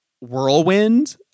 whirlwind